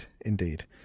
indeed